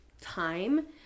time